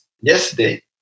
yesterday